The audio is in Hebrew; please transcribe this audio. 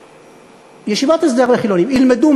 ישיבות הסדר לציבור חילוני.